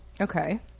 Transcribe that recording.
Okay